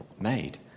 made